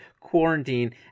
quarantine